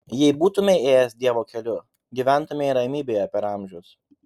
jei būtumei ėjęs dievo keliu gyventumei ramybėje per amžius